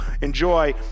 Enjoy